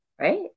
right